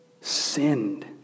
sinned